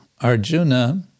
Arjuna